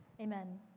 Amen